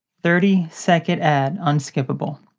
thirty second ad, unskippable.